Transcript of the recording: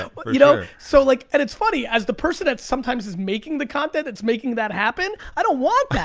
but you know so like and it's funny, as the person that sometimes is making the content, that's making that happen, i don't want that.